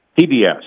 PBS